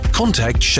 contact